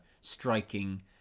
striking